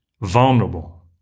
vulnerable